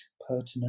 pertinent